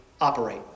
operate